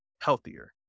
healthier